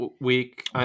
week